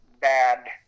bad